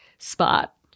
Spot